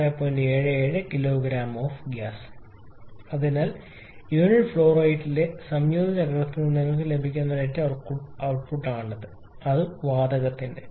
77 𝑘𝑔 𝑜𝑓 𝑔𝑎𝑠 അതിനാൽ unit flow റേറ്റിലെ സംയോജിത സൈക്കിളിൽ നിന്ന് നിങ്ങൾക്ക് ലഭിക്കുന്ന നെറ്റ് വർക്ക് ഔട്ട്പുട്ടാണിത് വാതകത്തിന്റെ